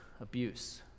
abuse